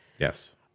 Yes